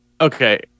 Okay